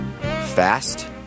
Fast